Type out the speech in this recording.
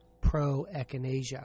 pro-echinacea